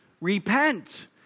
repent